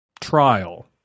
trial